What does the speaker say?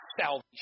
Salvation